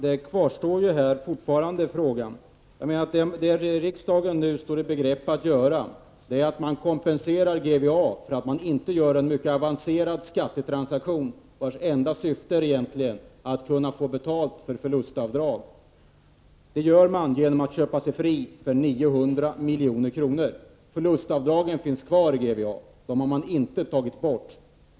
Herr talman! Frågan kvarstår fortfarande. Riksdagen står nu i begrepp att kompensera GVA för att företaget inte kan göra en mycket avancerad skattetransaktion, vars enda syfte egentligen är att man skall kunna få betalt för förlustavdrag. Detta gör man genom att köpa sig fri för 900 milj.kr. Förlustavdragen finns kvar i GVA. Dem har man inte tagit bort.